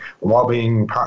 lobbying